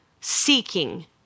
seeking